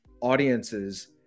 audiences